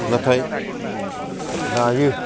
नाथाय दायो